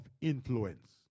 influence